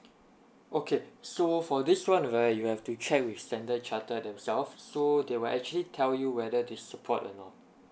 okay so for this one right you have to check with standard chartered themselves so they will actually tell you whether they support or not